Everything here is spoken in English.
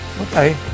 Okay